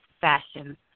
fashion